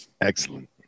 Excellent